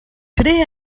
today